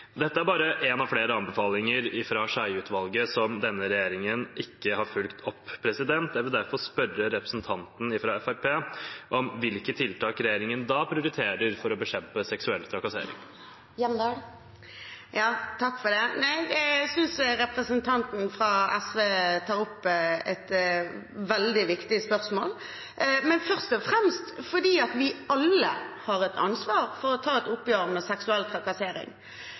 Dette er bare en av flere anbefalinger fra Skjeie-utvalget som denne regjeringen ikke har fulgt opp. Jeg vil derfor spørre representanten fra Fremskrittspartiet om hvilke tiltak regjeringen da prioriterer for å bekjempe seksuell trakassering. Jeg synes representanten fra Sosialistisk Venstreparti tar opp et veldig viktig spørsmål, først og fremst fordi vi alle har et ansvar for å ta et oppgjør med seksuell trakassering.